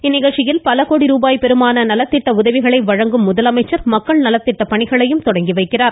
இந்நிகழ்ச்சியில் பல கோடி ரூபாய் பெறுமான நலத்திட்ட உதவிகளை வழங்கும் முதலமைச்சர் மக்கள் நலத்திட்டங்களையும் துவக்கி வைக்கிறார்